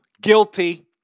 Guilty